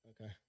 Okay